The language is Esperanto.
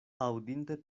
aŭdinte